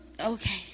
Okay